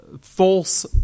false